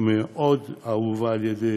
המאוד-אהובה על-ידי